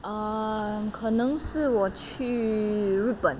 um 可能是我去日本